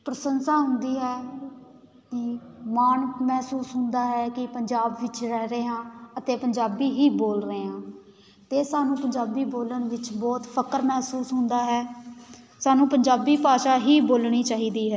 ਪ੍ਰਸੰਸਾ ਹੁੰਦੀ ਹੈ ਅਤੇ ਮਾਣ ਮਹਿਸੂਸ ਹੁੰਦਾ ਹੈ ਕਿ ਪੰਜਾਬ ਵਿੱਚ ਰਹਿ ਰਹੇ ਹਾਂ ਅਤੇ ਪੰਜਾਬੀ ਹੀ ਬੋਲ ਰਹੇ ਹਾਂ ਅਤੇ ਸਾਨੂੰ ਪੰਜਾਬੀ ਬੋਲਣ ਵਿੱਚ ਬਹੁਤ ਫ਼ਕਰ ਮਹਿਸੂਸ ਹੁੰਦਾ ਹੈ ਸਾਨੂੰ ਪੰਜਾਬੀ ਭਾਸ਼ਾ ਹੀ ਬੋਲਣੀ ਚਾਹੀਦੀ ਹੈ